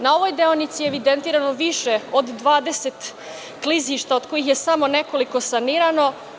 Na ovoj deonici evidentirano je više od 20 klizišta, od kojih je samo nekoliko sanirano.